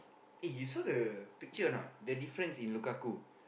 eh you saw the picture or not the difference in Lukaku